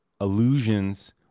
illusions